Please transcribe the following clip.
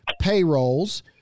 payrolls